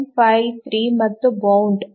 753 ಮತ್ತು ಬೌಂಡ್ 0